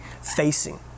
facing